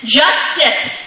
justice